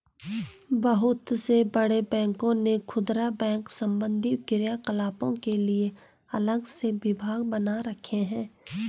बहुत से बड़े बैंकों ने खुदरा बैंक संबंधी क्रियाकलापों के लिए अलग से विभाग बना रखे हैं